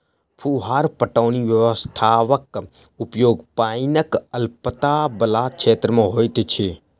फुहार पटौनी व्यवस्थाक उपयोग पाइनक अल्पता बला क्षेत्र मे होइत अछि